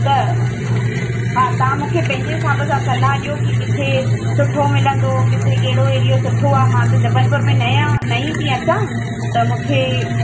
त हा तव्हां मूंखे पंहिंजे हिसाब सां सलाह ॾियो की किथे सुठो मिलंदो किथे कहिड़ो एरियो सुठो आहे मां त जबलपुर में नया नईं थी अचां त मूंखे